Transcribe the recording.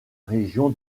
région